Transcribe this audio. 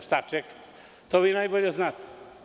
Šta čeka, to vi najbolje znate.